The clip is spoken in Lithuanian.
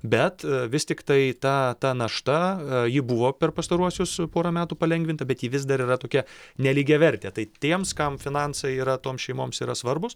bet vis tiktai ta ta našta ji buvo per pastaruosius porą metų palengvinta bet ji vis dar yra tokia nelygiavertė tai tiems kam finansai yra toms šeimoms yra svarbūs